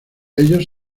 ellos